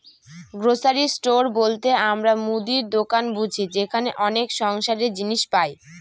grocery store বলতে আমরা মুদির দোকান বুঝি যেখানে অনেক সংসারের জিনিস পাই